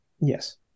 Yes